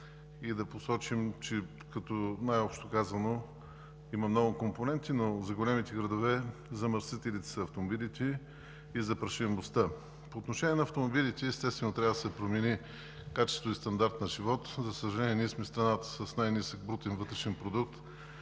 и да посочим, най-общо казано, че има много компоненти, но за големите градове замърсителите са автомобилите и запрашеността. По отношение на автомобилите, естествено, трябва да се промени качеството и стандартът на живот. За съжаление, ние сме страната с най-нисък брутен вътрешен продукт.